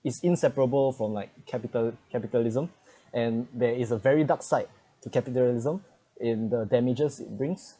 is inseparable from like capital capitalism and there is a very dark side to capitalism in the damages it brings